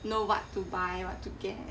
know what to buy what to get